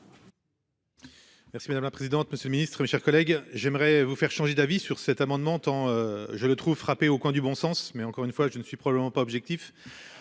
Merci madame la présidente. Monsieur le Ministre, mes chers collègues, j'aimerais vous faire changer d'avis sur cet amendement tend je le trouve frappée au coin du bon sens mais encore une fois je ne suis probablement pas objectif.